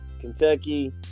Kentucky